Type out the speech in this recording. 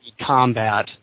combat